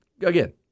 Again